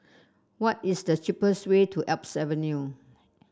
what is the cheapest way to Alps Avenue